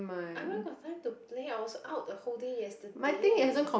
I where got time to play I was out the whole day yesterday